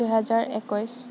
দুহেজাৰ একৈছ